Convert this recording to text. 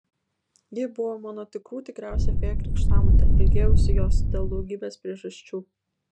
ji buvo mano tikrų tikriausia fėja krikštamotė ilgėjausi jos dėl daugybės priežasčių